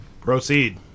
Proceed